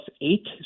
eight